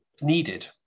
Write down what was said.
needed